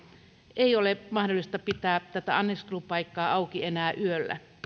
ei ole mahdollista pitää tätä anniskelupaikkaa auki enää yöllä